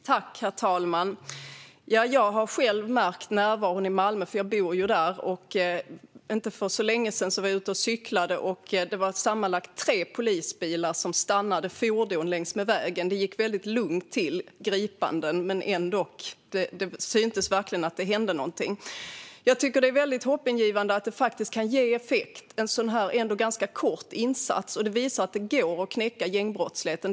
Herr talman! Jag har själv märkt av den ökade närvaron i Malmö. Jag bor ju där. För inte så länge sedan var jag ute och cyklade och såg sammanlagt tre polisbilar som stannade fordon längs med vägen. Gripandena gick väldigt lugnt till, men det syntes ändå att något hände. Det är hoppingivande att en sådan här ändå ganska kort insats kan ge effekt. Det visar att det går att knäcka gängbrottsligheten.